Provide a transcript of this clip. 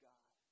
God